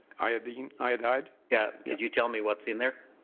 i mean iodide? yeah could you tell me what's in there?